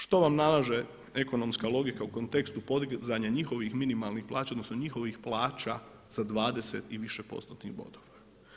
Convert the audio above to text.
Što vam nalaže ekonomska logika u kontekstu podizanja njihovih minimalnih plaća, odnosno njihovih plaća sa 20 i više postotnih bodova.